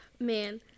Man